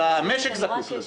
אלא המשק זקוק לזה,